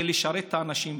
זה לשרת את האנשים,